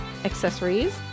accessories